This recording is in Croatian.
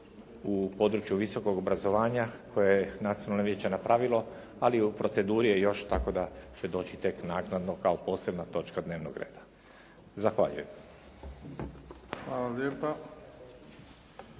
u području visokog obrazovanja koje je Nacionalno vijeće napravilo ali u proceduri je još, tako da će doći tek naknadno kao posebna točka dnevnog reda. Zahvaljujem. **Bebić,